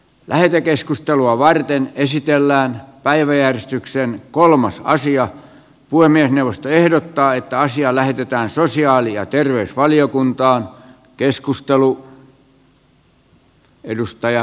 lähetekeskustelua varten esitellään päiväjärjestykseen kolmas naisia puhemiesneuvosto ehdottaa että asia lähetetään sosiaali ja terveysvaliokuntaan